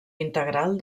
integral